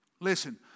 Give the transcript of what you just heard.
Listen